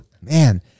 Man